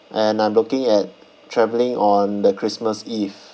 and I'm looking at travelling on the christmas eve